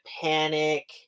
panic